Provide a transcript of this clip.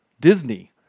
Disney